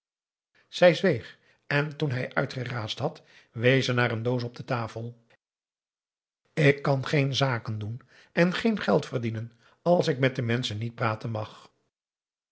zij zweeg en toen hij uitgeraasd had wees ze naar een doos op de tafel ik kan geen zaken doen en geen geld verdienen als ik met de menschen niet praten mag